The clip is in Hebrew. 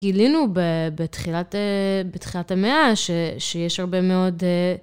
גילינו ב..בתחילת המאה שיש הרבה מאוד...